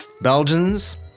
Belgians